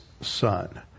son